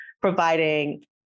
providing